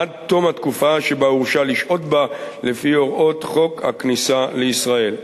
עד תום התקופה שבה הורשה לשהות בה לפי הוראות חוק הכניסה לישראל.